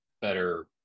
better